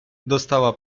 dostała